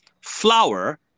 flower